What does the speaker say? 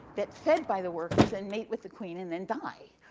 get fed by the workers and meet with the queen, and then die.